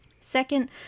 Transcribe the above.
Second